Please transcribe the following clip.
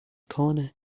corner